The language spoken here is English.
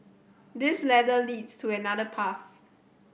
this ladder leads to another path